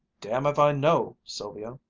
damn f i know, sylvia.